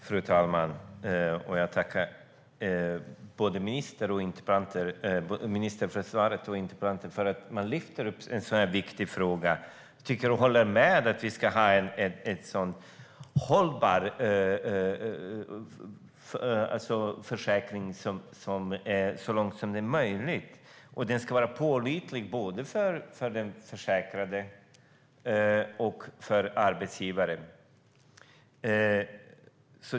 Fru talman! Tack, ministern, för svaret, och tack till interpellanten för att hon lyfter upp en sådan här viktig fråga! Jag håller med om att vi ska ha en så hållbar försäkring som möjligt. Den ska vara pålitlig för den försäkrade och för arbetsgivaren.